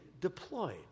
deployed